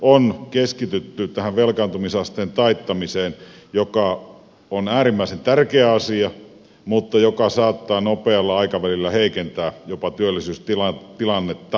on keskitytty tähän velkaantumisasteen taittamiseen joka on äärimmäisen tärkeä asia mutta joka saattaa nopealla aikavälillä jopa heikentää työllisyystilannetta entisestään